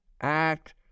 act